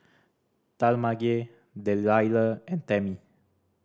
Talmage Dellia and Tami